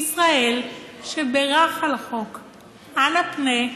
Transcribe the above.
זאת האמת, חברים,